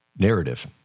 narrative